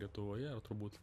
lietuvoje turbūt